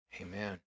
Amen